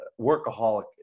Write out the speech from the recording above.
workaholic